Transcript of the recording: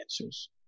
answers